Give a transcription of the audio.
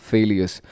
Failures